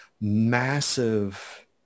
massive